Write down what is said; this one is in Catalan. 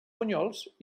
bunyols